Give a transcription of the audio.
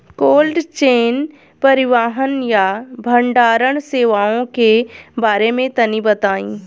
Cold chain परिवहन या भंडारण सेवाओं के बारे में तनी बताई?